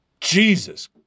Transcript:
Jesus